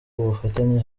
ubufatanye